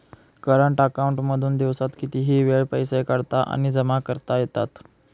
current account मधून दिवसात कितीही वेळ पैसे काढता आणि जमा करता येतात